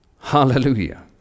Hallelujah